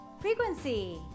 frequency